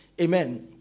amen